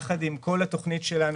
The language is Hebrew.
יחד עם כל התוכנית שלנו,